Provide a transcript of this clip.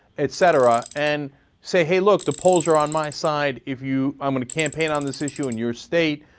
etc, and say, hey, look, the polls are on my side if you. i'm going to campaign on this issue in your state,